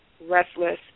restless